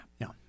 no